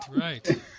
Right